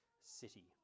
city